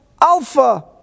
alpha